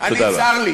צר לי